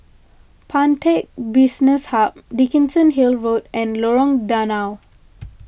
Pantech Business Hub Dickenson Hill Road and Lorong Danau